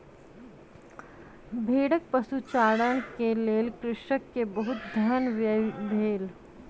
भेड़क पशुचारण के लेल कृषक के बहुत धन व्यय भेल